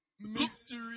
mystery